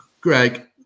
Greg